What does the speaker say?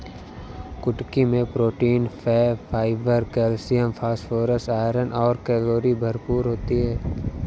कुटकी मैं protein, fat, fibre, calcium, phosphorus, iron और कैलोरी भरपूर होती है